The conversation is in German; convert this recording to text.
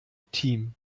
team